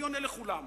ואני עונה על כולם,